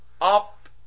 Up